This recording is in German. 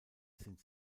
sind